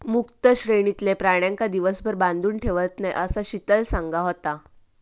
मुक्त श्रेणीतलय प्राण्यांका दिवसभर बांधून ठेवत नाय, असा शीतल सांगा होता